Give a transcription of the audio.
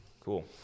Cool